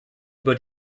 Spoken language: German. über